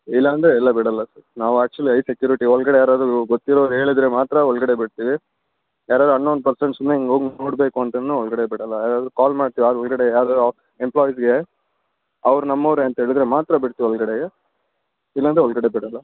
ಇಲ್ಲಾಂದರೆ ಇಲ್ಲ ಬಿಡೋಲ್ಲ ಸರ್ ನಾವು ಆ್ಯಕ್ಚುಲಿ ಐ ಸೆಕ್ಯೂರಿಟಿ ಒಳಗಡೆ ಯಾರಾದರೂ ಗೊತ್ತಿರೋರು ಹೇಳದ್ರೆ ಮಾತ್ರ ಒಳಗಡೆ ಬಿಡ್ತೀವಿ ಯಾರಾದರೂ ಅನ್ನೋನ್ ಪರ್ಸನ್ ಸುಮ್ಮನೆ ಹಿಂಗ್ ಹೋಗ್ ನೋಡಬೇಕು ಅಂದ್ರೂ ಒಳಗಡೆ ಬಿಡೋಲ್ಲ ಯಾರಾದರೂ ಕಾಲ್ ಮಾಡಿಸಿ ಯಾರು ಒಳಗಡೆ ಯಾರು ಎಂಪ್ಲಾಯಿಸ್ಗೆ ಅವ್ರು ನಮ್ಮವರೇ ಅಂತ ಹೇಳಿದ್ರೆ ಮಾತ್ರ ಬಿಡ್ತಿವಿ ಒಳಗಡೆಗೆ ಇಲ್ಲಾಂದರೆ ಒಳಗಡೆ ಬಿಡೋಲ್ಲ